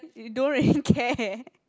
you don't really care